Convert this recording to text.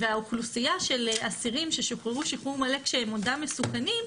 והאוכלוסייה של האסירים ששוחררו שחרור מלא כשהם עודם מסוכנים,